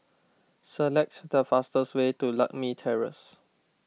select the fastest way to Lakme Terrace